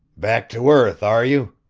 back to earth, are you?